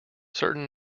certain